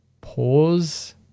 pause